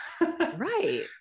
right